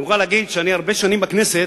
אני מוכרח להגיד שאני הרבה שנים בכנסת,